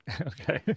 okay